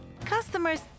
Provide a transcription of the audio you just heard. customers